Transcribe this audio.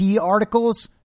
articles